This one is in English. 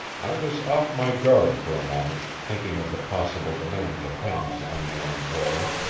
i was off my guard for a moment, thinking of the possible demands of henry's unknown employer.